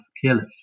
caliph